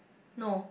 no